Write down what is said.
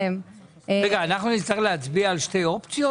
אנחנו נצטרך להצביע על שתי אופציות?